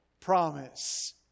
promise